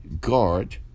Guard